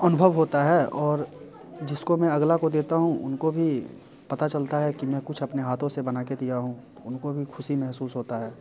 अनुभव होता है और जिसको मैं अगले को देता हूँ उनको भी पता चलता है कि मैं कुछ अपने हाथों से बना के दिया हूँ उनको भी ख़ुशी मेहसूस होती है